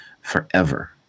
forever